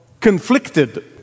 conflicted